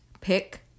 pick